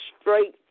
straight